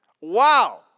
Wow